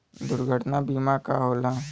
दुर्घटना बीमा का होला?